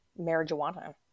marijuana